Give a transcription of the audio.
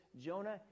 Jonah